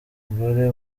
gore